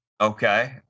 Okay